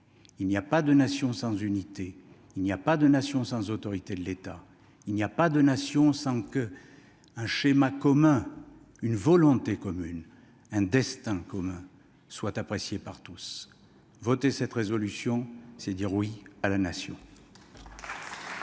Il n'y a pas de nation sans unité ; il n'y a pas de nation sans autorité de l'État ; il n'y a pas de nation sans un schéma commun, une volonté commune et un destin commun. Voter cette résolution, c'est dire oui à la Nation